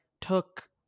took